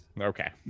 Okay